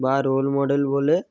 বা role model বলে